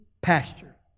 pasture